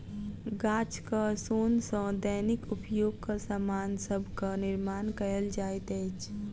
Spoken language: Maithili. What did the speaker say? गाछक सोन सॅ दैनिक उपयोगक सामान सभक निर्माण कयल जाइत अछि